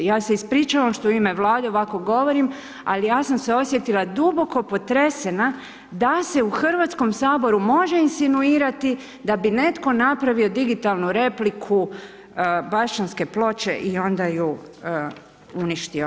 Ja se ispričam što u ime Vlade ovako govorim ali ja sam se osjetila duboko potresena da se u Hrvatskom saboru može insinuirati da bi netko napravio digitalnu repliku Baščanske ploče i onda ju uništio.